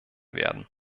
werden